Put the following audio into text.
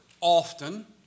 often